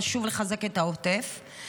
חשוב לחזק את העוטף,